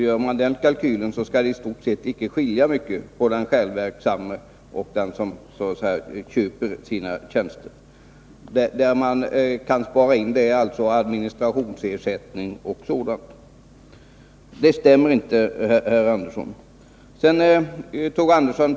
Gör man den kalkylen, skall det i stort sett inte skilja mycket mellan den självverksamme och den som så att säga köper sina tjänster. Det man kan spara in på är administrationsersättning och sådant. Det stämmer inte, herr Andersson.